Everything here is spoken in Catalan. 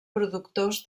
productors